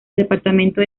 departamento